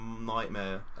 nightmare